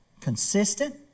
consistent